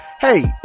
Hey